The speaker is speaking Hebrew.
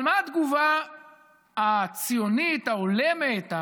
אבל מה התגובה הציונית ההולמת,